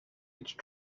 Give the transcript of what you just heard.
each